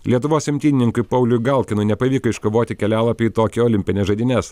lietuvos imtynininkui pauliui galkinui nepavyko iškovoti kelialapį į tokijo olimpines žaidynes